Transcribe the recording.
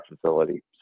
facility